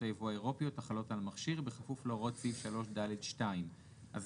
היבוא האירופיות החלות על מכשיר בפוך להוראות סעיף 3ד2. אז